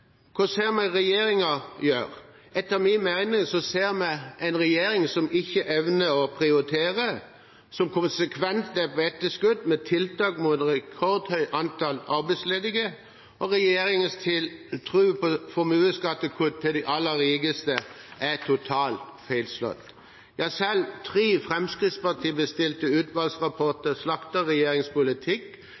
hva ser vi at regjeringen gjør? Etter min mening ser vi en regjering som ikke evner å prioritere, som konsekvent er på etterskudd med tiltak mot et rekordhøyt antall arbeidsledige, og regjeringens tro på formuesskattekutt til de aller rikeste er totalt feilslått. Selv tre Fremskrittsparti-bestilte utvalgsrapporter slakter regjeringens politikk